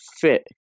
fit